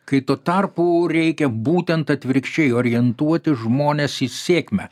kai tuo tarpu reikia būtent atvirkščiai orientuoti žmones į sėkmę